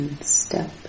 step